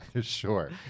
sure